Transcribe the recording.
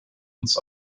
uns